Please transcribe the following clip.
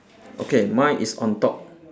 okay mine is on top